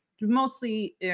mostly